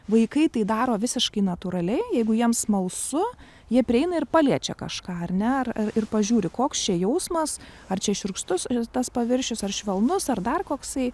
vaikai tai daro visiškai natūraliai jeigu jiems smalsu jie prieina ir paliečia kažką ar ne ar ir pažiūri koks čia jausmas ar čia šiurkštus i tas paviršius ar švelnus ar dar koksai